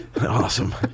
awesome